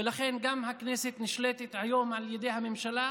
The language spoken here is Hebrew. ולכן גם הכנסת נשלטת היום על ידי הממשלה.